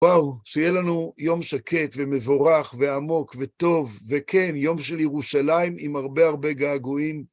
וואו, שיהיה לנו יום שקט, ומבורך, ועמוק, וטוב, וכן, יום של ירושלים עם הרבה הרבה געגועים.